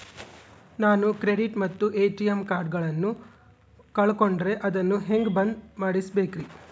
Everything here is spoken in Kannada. ನಾನು ಕ್ರೆಡಿಟ್ ಮತ್ತ ಎ.ಟಿ.ಎಂ ಕಾರ್ಡಗಳನ್ನು ಕಳಕೊಂಡರೆ ಅದನ್ನು ಹೆಂಗೆ ಬಂದ್ ಮಾಡಿಸಬೇಕ್ರಿ?